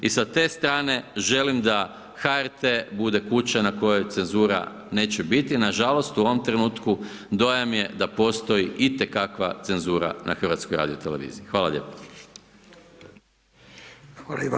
I sa te strane želim da HRT bude kuća na kojoj cenzura neće biti, nažalost, u ovom trenutku dojam je da postoji itekakva cenzura na HTV-u.